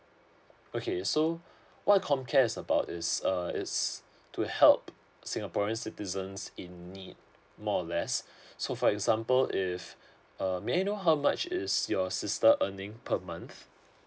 okay so what comcare is about is uh it's to help singaporeans citizens in need more or less so for example if um may I know how much is your sister earning per month